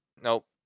Nope